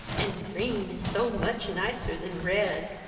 an' green is so much nicer than red,